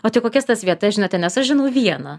o tai kokias tas vietas žinote nes aš žinau vieną